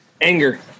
anger